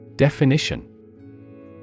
Definition